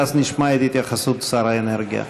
ואז נשמע את התייחסות שר האנרגיה.